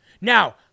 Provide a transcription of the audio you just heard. Now